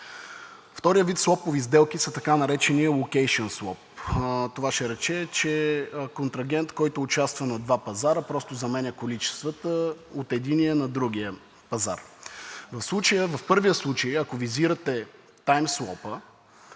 Вторият вид суапови сделки са така нареченият локейшън суап. Това ще рече, че контрагент, който участва на два пазара, просто заменя количествата от единия на другия пазар. В първия случай, ако визирате таймсуапа,